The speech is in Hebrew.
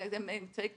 אמצעי תשלום,